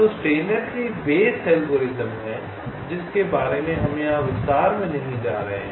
तो Steiner tree base algorithm हैं जिसके बारे में हम यहां विस्तार में नहीं जा रहे हैं